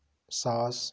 ساس